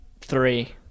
Three